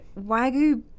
Wagyu